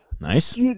Nice